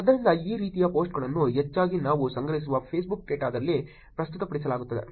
ಆದ್ದರಿಂದ ಈ ರೀತಿಯ ಪೋಸ್ಟ್ಗಳನ್ನು ಹೆಚ್ಚಾಗಿ ನಾವು ಸಂಗ್ರಹಿಸುವ Facebook ಡೇಟಾದಲ್ಲಿ ಪ್ರಸ್ತುತಪಡಿಸಲಾಗುತ್ತದೆ